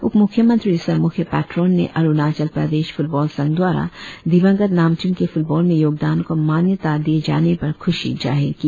उपमुख्यमंत्री सह मुख्य पेटरॉन ने अरुणाचल प्रदेश फुटबॉल संघ द्वारा दिवंगत नामचूम के फुटबॉल में योगदान को मान्यता दिए जाने पर खुशी जाहिर की